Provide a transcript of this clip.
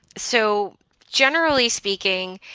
so generally speaking,